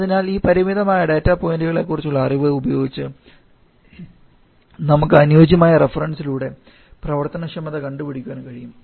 അതിനാൽ ഈ പരിമിതമായ ഡാറ്റാ പോയിന്റുകളെക്കുറിച്ചുള്ള അറിവ് ഉപയോഗിച്ച് നമുക്ക് അനുയോജ്യമായ റഫറൻസിലൂടെ പ്രവർത്തനക്ഷമത കണ്ടുപിടിക്കുവാൻ കഴിയും